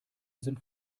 sind